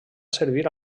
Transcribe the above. servir